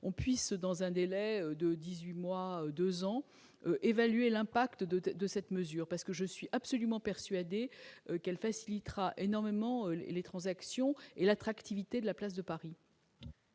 on puisse, dans un délai de 18 mois ou 2 ans, évaluer l'impact de de cette mesure parce que je suis absolument persuadé qu'elle facilitera énormément et les transactions et l'attractivité de la place de Paris.